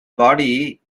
body